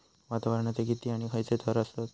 वातावरणाचे किती आणि खैयचे थर आसत?